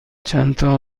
چندتا